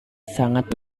sangat